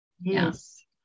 Yes